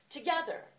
Together